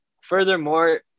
Furthermore